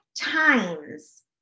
times